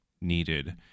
needed